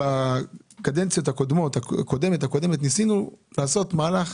בקדנציה הקודמת והקודמת לה ניסינו לעשות מהלך